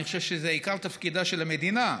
אני חושב שזה עיקר תפקידה של המדינה,